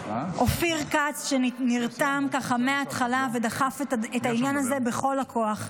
אופיר כץ נרתם מהתחלה ודחף את העניין הזה בכל הכוח.